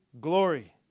glory